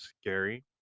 scary